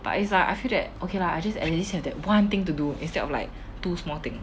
but I feel that okay lah I just at least that have one thing to do instead of like two small things